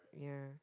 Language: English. yeah